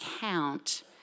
count